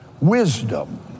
Wisdom